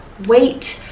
weight,